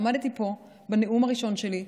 עמדתי פה בנאום הראשון שלי,